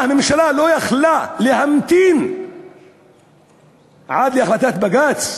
מה, הממשלה לא יכלה להמתין עד להחלטת בג"ץ?